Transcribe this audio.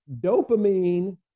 dopamine